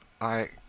I